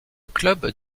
club